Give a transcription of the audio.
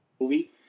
Movie